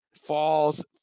falls